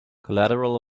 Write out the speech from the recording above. collateral